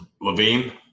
Levine